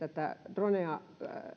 dronea